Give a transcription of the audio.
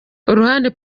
uruhande